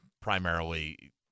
primarily